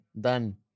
done